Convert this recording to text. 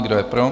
Kdo je pro?